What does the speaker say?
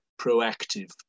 proactive